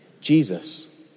Jesus